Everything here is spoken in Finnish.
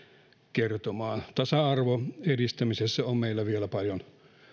kertomaan tasa arvon edistämisessä on meillä vielä paljon